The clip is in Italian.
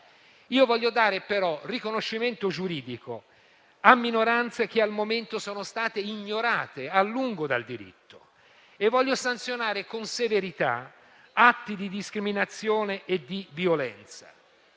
Voglio dare riconoscimento giuridico a minoranze che al momento sono state ignorate a lungo dal diritto e voglio sanzionare con severità gli atti di discriminazione e di violenza.